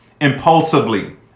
impulsively